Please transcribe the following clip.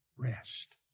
Rest